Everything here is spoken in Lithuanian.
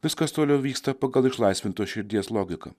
viskas toliau vyksta pagal išlaisvintos širdies logiką